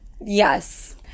Yes